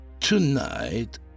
Tonight